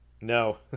No